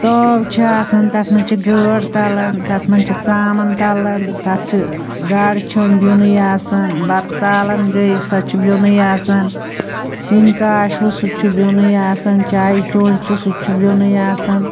تٲو چھِ آسان تَتھ منٛز چھِ گٲڈ تَلان تَتھ منٛز چھِ ژامَن تَلان تَتھ چھِ گاڈٕ چھٲنۍ بیٛونٕے آسان بَتہٕ ژالَن گٔے سۄ چھِ بیٛونٕے آسان سِںۍ کاشوٕ سُہ تہِ چھُ بیٛونٕے آسان چایہِ چونٛچہٕ چھُ سُہ تہِ چھُ بیٛونٕے آسان